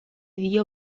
dio